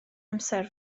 amser